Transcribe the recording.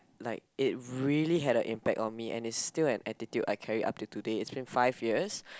like it really had a impact on me and it's still an attitude I carry up to today it's been five years